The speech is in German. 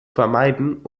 vermeiden